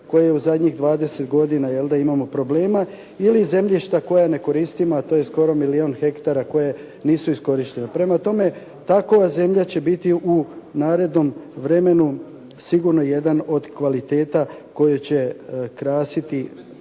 koje u zadnjih 20 godina imamo problema ili zemljišta koja ne koristimo, a to je skoro milijun hektara koja nisu iskorištena. Prema tome, takova zemlja će biti u narednom vremenu sigurno jedan od kvaliteta koje će krasiti